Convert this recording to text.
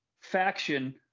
faction